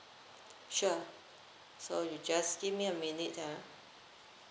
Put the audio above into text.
sure so you just give me a minute ya